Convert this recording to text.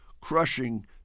crushing